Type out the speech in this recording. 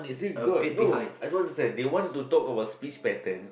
dude god no I don't understand they want to talk about speech pattern